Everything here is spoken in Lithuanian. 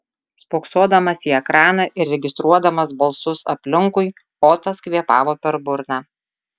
spoksodamas į ekraną ir registruodamas balsus aplinkui otas kvėpavo per burną